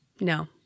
no